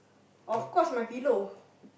of course my pillow